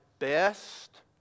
Best